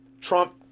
Trump